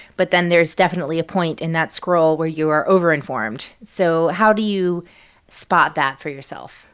but then there's definitely a point in that scroll where you are over-informed. so how do you spot that for yourself?